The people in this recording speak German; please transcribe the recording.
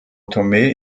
tomé